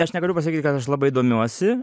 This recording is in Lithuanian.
aš negaliu pasakyt kad aš labai domiuosi